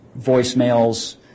voicemails